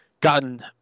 gotten